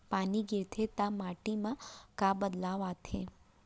पानी गिरथे ता माटी मा का बदलाव आथे?